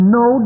no